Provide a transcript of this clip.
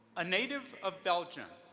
a native of belgium,